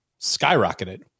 skyrocketed